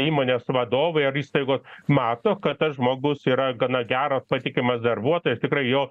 įmonės vadovai ar įstaigos mato kad tas žmogus yra gana geras patikimas darbuotojas tikrai jo